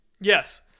Yes